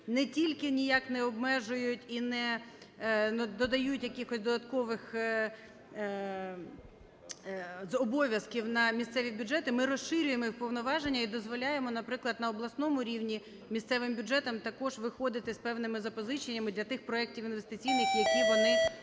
не тільки ніяк не обмежують і не додають якихось додаткових обов'язків на місцеві бюджети, ми розширюємо їх повноваження і дозволяємо, наприклад, на обласному рівні місцевим бюджетам також виходити з певними запозиченнями для тих проектів інвестиційних, які вони можуть